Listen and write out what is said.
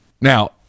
Now